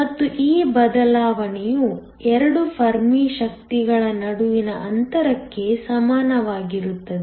ಮತ್ತು ಈ ಬದಲಾವಣೆಯು 2 ಫರ್ಮಿ ಶಕ್ತಿಗಳ ನಡುವಿನ ಅಂತರಕ್ಕೆ ಸಮಾನವಾಗಿರುತ್ತದೆ